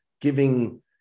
giving